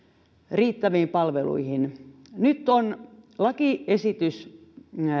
riittäviin palveluihin nyt on lakiesitys